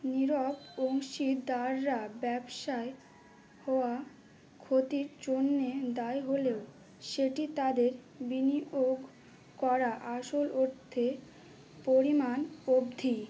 নীরব অংশীদাররা ব্যবসায় হওয়া ক্ষতির জন্যে দায়ী হলেও সেটি তাদের বিনিয়োগ করা আসল অর্থের পরিমাণ অবধিই